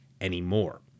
anymore